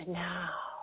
now